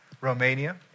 Romania